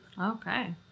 Okay